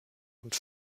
und